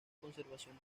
conservación